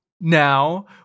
now